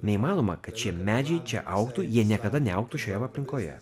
neįmanoma kad šie medžiai čia augtų jie niekada neaugtų šioje aplinkoje